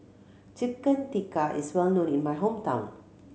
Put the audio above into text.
Chicken Tikka is well known in my hometown